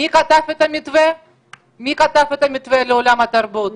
מי כתב את המתווה לעולם התרבות?